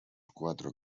cuatro